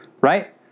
Right